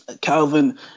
Calvin